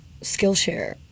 Skillshare